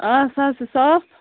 آ سۅ حظ چھِ صاف